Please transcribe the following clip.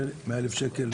100,000 שקל